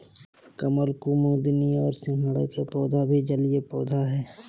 कमल, कुमुदिनी और सिंघाड़ा के पौधा भी जलीय पौधा हइ